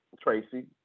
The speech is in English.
Tracy